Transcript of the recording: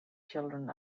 children